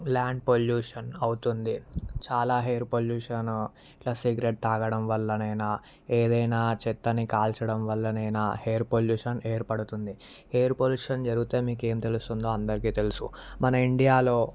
land pollution అవుతుంది చాలా air pollution ఇట్లా సిగరెట్ తాగడం వల్లనేనా ఏదైనా చెత్తను కాల్చడం వల్లనేనా హెయిర్ పొల్యూషన్ ఏర్పడుతుంది ఎయిర్ పొల్యూషన్ జరుగుతే మీకు ఏం తెలుస్తుందో అందరికి తెలుసు మన ఇండియాలో